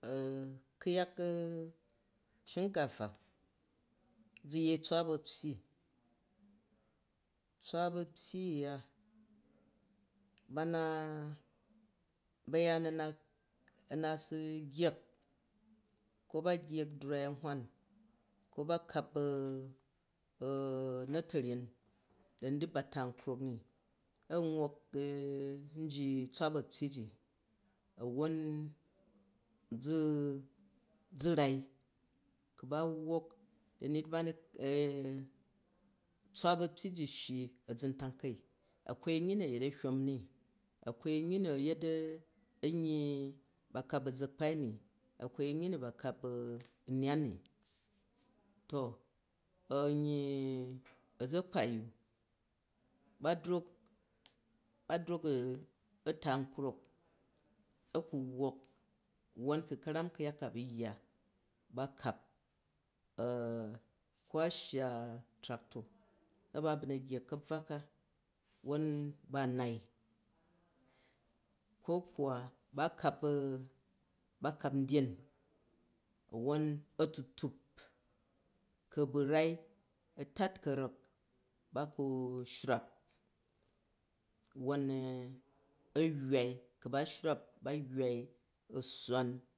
knyak shinkafa, zu yet bwa bapyyi, tswa bapyyi uya bam, bayaan a na a na su ghyek ko ba ghyek durga anhwan ki ba kap wa taryen chani di ta nuzk ni an wwok nji tswa bapyyi ji a wwon, a ʒu rai ku ba wrok da ni ba tswa bapyyi ji shyi aʒuntakai, akwai amuyyi nu a yet ahyom ni akwal amyyi nu a yet amyyi nu ba kap aʒakpai ni akwai anyyi nu ba kap u nyaap ni. To anyyi aʒakpau u ba druk a ba drok a ta auuk, a kre wwok wwon uu karam ku̱yak ko a̱ bu̱ yya, ba kap ko a shya tractor na ba a bu na ghyek kabvwa ko won ban nnai, ko kuwa ba kar u ba kao ndyen awwon a tn-tup, uu a bu rai a tak karak, ba ku shrupap won a yyevai, ku ba shrwap ba yywai a swaan